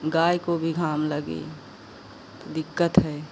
गाय को भी घाम लगी तो दिक्कत है